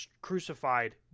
crucified